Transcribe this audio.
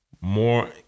more